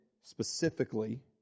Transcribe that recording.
specifically